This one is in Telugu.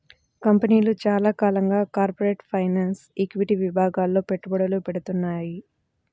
కంపెనీలు చాలా కాలంగా కార్పొరేట్ ఫైనాన్స్, ఈక్విటీ విభాగాల్లో పెట్టుబడులు పెడ్తున్నాయి